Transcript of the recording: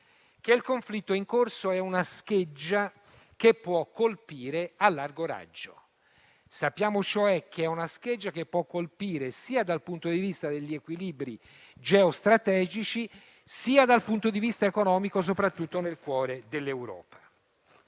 che il conflitto in corso è una scheggia che può colpire a largo raggio. Sappiamo, cioè, che è una scheggia che può colpire dal punto di vista sia degli equilibri geostrategici, sia da quello economico, soprattutto nel cuore dell'Europa.